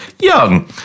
young